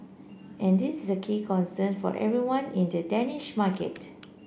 and this is a key concern for everyone in the Danish market